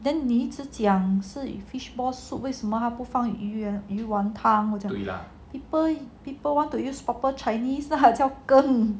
then 你一直讲是 fishball soup 为什么他不放鱼圆鱼丸汤 people people want to use proper chinese lah 叫羹